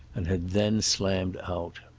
and had then slammed out.